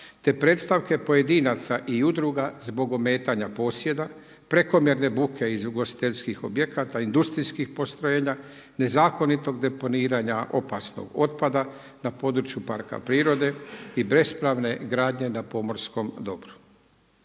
te predstavke pojedinaca i udruga zbog ometanja posjeda, prekomjerne buke iz ugostiteljskih objekata, industrijskih postrojenja, nezakonitog deponiranja opasnog otpada na području parka prirode i bespravne gradnje na pomorskom dobru.